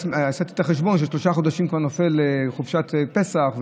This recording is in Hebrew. עשיתי את החשבון ששלושה חודשים כבר נופל על חופשת פסח,